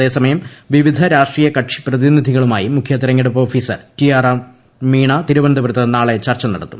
അതേസമയം വിവിധ രാഷ്ട്രീയ കക്ഷി പ്രതിനിധികളുമായി മുഖ്യ തെരഞ്ഞെടുപ്പ് ഓഫീസർ ടി ആർ മീണ ത്തിരുവനന്തപുരത്ത് നാളെ ചർച്ച നടത്തും